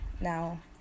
Now